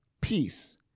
peace